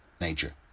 nature